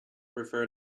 prefer